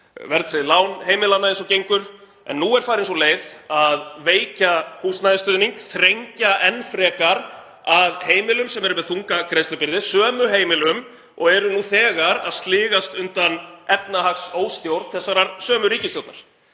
verðtryggð lán heimilanna eins og gengur, en nú er farin sú leið að veikja húsnæðisstuðning, þrengja enn frekar að heimilum sem eru með þunga greiðslubyrði, sömu heimilum og eru nú þegar að sligast undan efnahagsóstjórn þessarar sömu ríkisstjórnar.